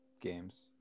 games